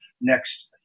next